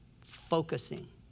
focusing